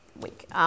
week